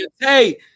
Hey